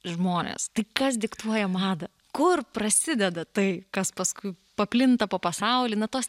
žmonės tai kas diktuoja madą kur prasideda tai kas paskui paplinta po pasaulį na tos